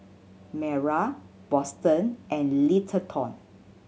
Mayra Boston and Littleton